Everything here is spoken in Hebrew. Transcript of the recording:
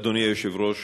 אדוני היושב-ראש,